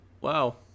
Wow